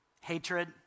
hatred